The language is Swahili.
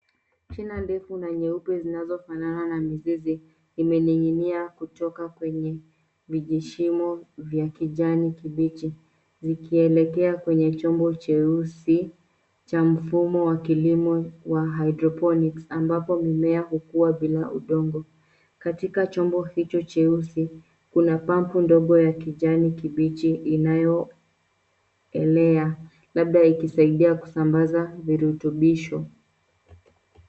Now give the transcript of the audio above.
Shina ndefu na nyeupe zinzofanana na mizizi zimening'inia kutoka kwenye vijishimo vya kijani kibichi zikielekea kwenye chombo cheusi cha mfumo wa kilimo wa hydroponics ambapo mimea hukua bila udongo. Katika chombo hicho cheusi kuna pampu ndogo ya kijani kibichi inayoelea labda ikisaidia kusambaza virutubisho.